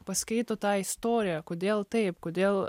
paskaito tą istoriją kodėl taip kodėl